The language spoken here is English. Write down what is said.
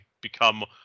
become